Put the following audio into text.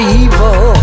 evil